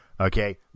Okay